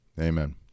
Amen